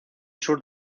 sur